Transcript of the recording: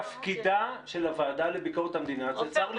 -- תפקידה של הוועדה לביקורת המדינה -- עפר,